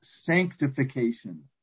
sanctification